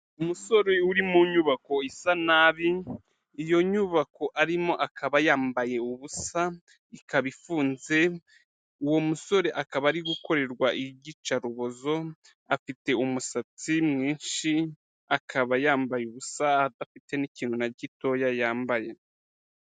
Umusore uri mu nyubako isa nabi, iyo nyubako arimo akaba yambaye ubusa ikaba ifunze, uwo musore akaba ari gukorerwa iyicarubozo, afite umusatsi mwinshi akaba yambaye ubusa adafite n'ikintu na gitoya yambaye.